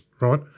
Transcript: right